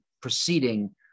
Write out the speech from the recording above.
Proceeding